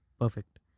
perfect